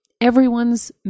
everyone's